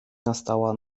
nastała